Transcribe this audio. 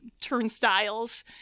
turnstiles